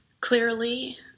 Clearly